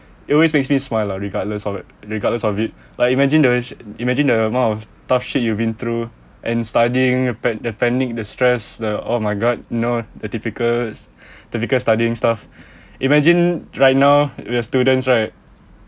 it always makes me smile lah regardless of it regardless of it like you imagine imagine the amount of tough shit you've been through and studying panic the panic the stress the all my god no the difficult difficult studying stuff imagine right now we are students right